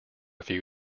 few